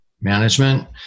management